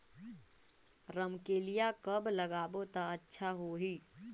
रमकेलिया कब लगाबो ता अच्छा होही?